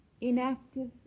inactive